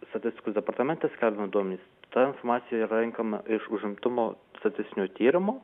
statistikos departamentas skelbiam duomenis ta masė yra rinkama iš užimtumo statistinio tyrimo